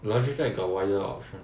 Logitech got wider option